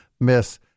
Miss